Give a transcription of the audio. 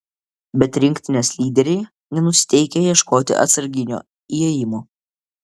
bet rinktinės lyderiai nenusiteikę ieškoti atsarginio įėjimo